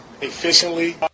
efficiently